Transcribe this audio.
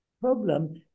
problem